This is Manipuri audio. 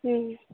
ꯎꯝ